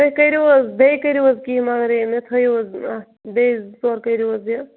تُہۍ کٔرِو حظ بیٚیہِ کٔرِو حظ کینٛہہ مگر مےٚ تھٲیِو حظ اَتھ بیٚیہِ زٕ ژور کٔرِو حظ یہِ